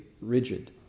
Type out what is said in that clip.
rigid